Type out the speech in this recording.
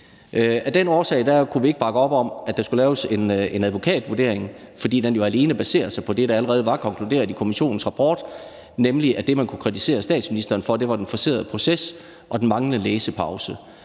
Af den årsag kunne vi ikke bakke op om, at der skulle laves en advokatvurdering. For den ville jo alene basere sig på det, der allerede var konkluderet i kommissionens rapport, nemlig at det, man kunne kritisere statsministeren for, var den forcerede proces og den manglende læsepause.